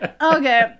Okay